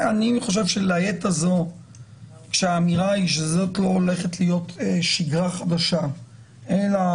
אני חושב שלעת הזו האמירה שזאת לא הולכת להיות שגרה חדשה אלא